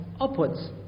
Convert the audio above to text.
Upwards